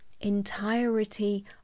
entirety